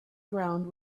ground